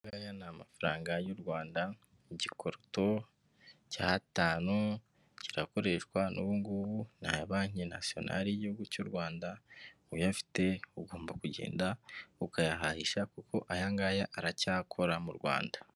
Aya ni amafaranga y'u Rwanda igikoroto cy'atanu kirakoreshwa n'ubu ngubu ni aya banki nasiyonali y'igihugu cy'u Rwanda uyafite ugomba kugenda ukayahahisha kuko aya ngaya aracyakora mu Rwanda.